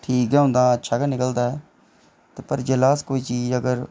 ठीक ऐ औंदा अच्छा गै निकलदा ऐ पर अगर अस कोई चीज अगर